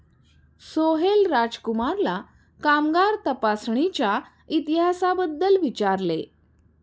सोहेल राजकुमारला कामगार तपासणीच्या इतिहासाबद्दल विचारले